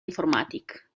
informàtic